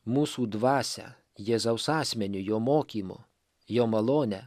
mūsų dvasią jėzaus asmeniu jo mokymu jo malone